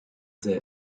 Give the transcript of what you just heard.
their